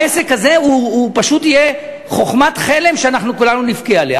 העסק הזה פשוט יהיה חוכמת חלם שכולנו נבכה עליה.